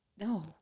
No